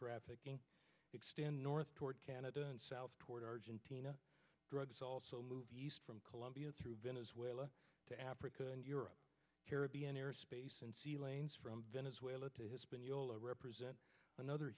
trafficking extend north toward canada and south toward argentina drugs also moved from colombia through venezuela to africa and europe caribbean airspace and sea lanes from venezuela to has been yola represent another